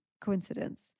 coincidence